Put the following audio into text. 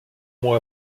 mois